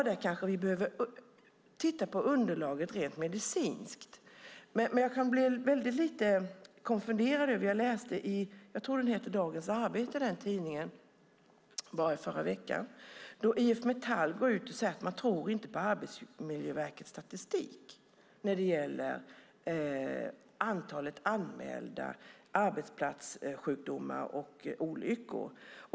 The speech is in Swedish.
Där kanske vi behöver titta på underlaget rent medicinskt. Jag läste i Dagens Arbete, tror jag att tidningen heter, i förra veckan om att IF Metall gick ut och sade att man inte tror på Arbetsmiljöverkets statistik när det gäller antalet anmälda arbetsplatssjukdomar och olyckor.